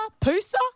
Pusa